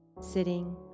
sitting